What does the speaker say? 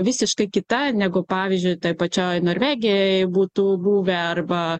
visiškai kita negu pavyzdžiui toj pačioj norvegijoj būtų buvę arba